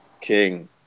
King